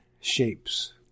shapes